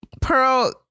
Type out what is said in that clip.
Pearl